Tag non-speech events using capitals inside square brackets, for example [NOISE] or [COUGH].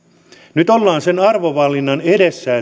nyt ollaan sen arvovalinnan edessä [UNINTELLIGIBLE]